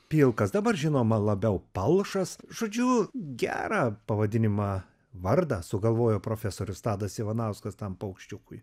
pilkas dabar žinoma labiau palšas žodžiu gerą pavadinimą vardą sugalvojo profesorius tadas ivanauskas tam paukščiukui